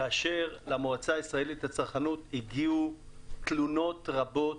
כאשר למועצה הישראלית לצרכנות הגיעו תלונות רבות,